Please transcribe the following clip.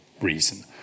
reason